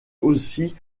aussi